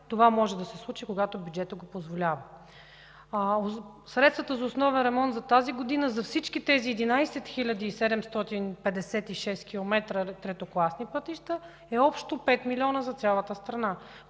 Това може да се случи, когато бюджетът го позволява. Средствата за основен ремонт за тази година за всички тези 11 756 километра третокласни пътища е общо 5 милиона за цялата страна,